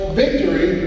victory